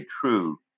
true